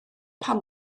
pam